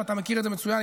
ואתה מכיר את זה מצוין,